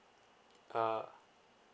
uh